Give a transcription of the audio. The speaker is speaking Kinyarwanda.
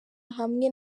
hamwe